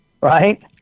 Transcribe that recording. right